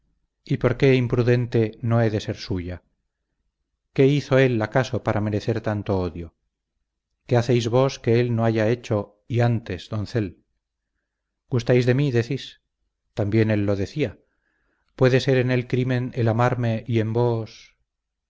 y por qué imprudente no he de ser suya qué hizo él acaso para merecer tanto odio qué hacéis vos que él no haya hecho y antes doncel gustáis de mí decís también él lo decía puede ser en él crimen el amarme y en vos